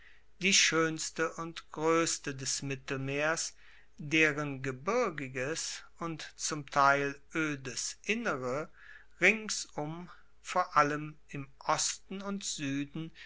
die schoenste und groesste des mittelmeers deren gebirgiges und zum teil oedes innere ringsum vor allem im osten und sueden